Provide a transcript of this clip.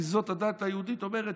כי זאת הדת היהודית אומרת,